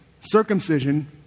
circumcision